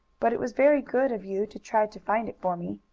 but it was very good of you to try to find it for me.